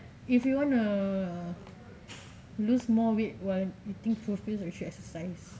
if you wanna lose more weight while eating TruFitz you should exercise